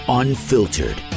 unfiltered